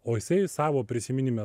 o jisai savo prisiminime